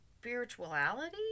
spirituality